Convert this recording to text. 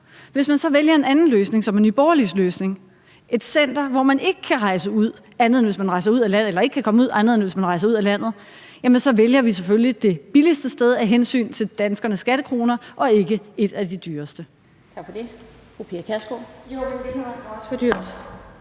Hvis man så vælger en anden løsning, som er Nye Borgerliges løsning – et center, som man ikke kan komme ud af, andet end hvis man rejser ud af landet – jamen så vælger man selvfølgelig det billigste sted af hensyn til danskernes skattekroner og ikke et af de dyreste.